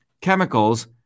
chemicals